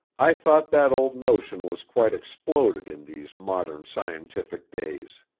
i thought that old notion was quite exploded in these modern scientific days.